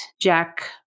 Jack